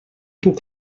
puc